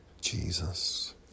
Jesus